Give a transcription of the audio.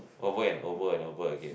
over and over and over again